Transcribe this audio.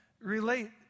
relate